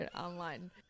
online